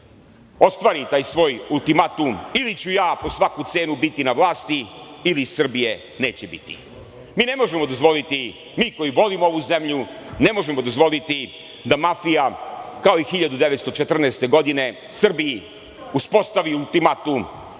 ostvari taj svoj ultimatum – ili ću ja po svaku cenu biti na vlasti ili Srbije neće biti. Mi ne možemo dozvoliti, mi koji volimo ovu zemlju ne možemo dozvoliti da mafija kao i 1914. godine Srbiji uspostavi ultimatum